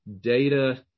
data